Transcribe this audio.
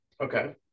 okay